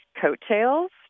coattails